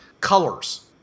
colors